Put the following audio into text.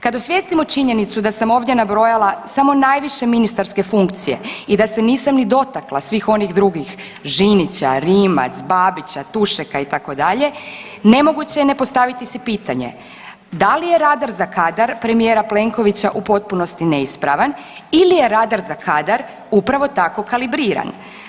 Kad osvijestimo činjenicu da sam ovdje nabrojala samo najviše ministarske funkcije i da se nisam ni dotakla svih onih drugih, Žinića, Rimac, Babića, Tušeka itd., nemoguće je ne postaviti si pitanje da li je radar za kadar premijera Plenkovića u potpunosti neispravan ili je radar za kadar upravo tako kalibriran?